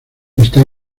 está